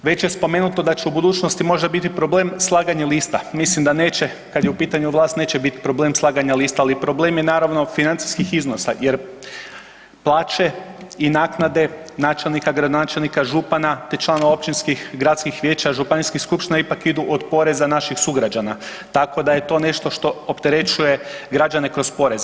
Već je spomenuto da će u budućnosti možda biti problem slaganje lista, mislim da neće, kada je u pitanju vlast neće biti problem slaganja lista, ali problem je naravno financijskih iznosa jer plaće i naknade načelnika, gradonačelnika, župana te članova općinskih i gradskih vijeća, županijskih skupština ipak idu od poreza naših sugrađana, tako da je to nešto što opterećuje građane kroz poreze.